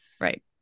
Right